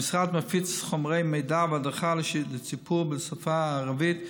המשרד מפיץ חומרי מידע והדרכה לציבור בשפה הערבית,